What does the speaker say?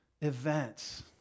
events